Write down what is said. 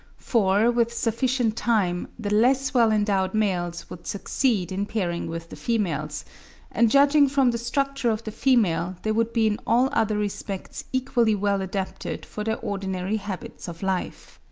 for with sufficient time, the less well-endowed males would succeed in pairing with the females and judging from the structure of the female, they would be in all other respects equally well adapted for their ordinary habits of life.